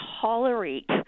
tolerate